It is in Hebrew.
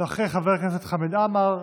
אחרי חבר הכנסת חמד עמאר,